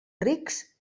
rics